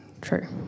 true